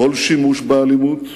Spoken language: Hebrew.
כל שימוש באלימות,